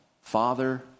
Father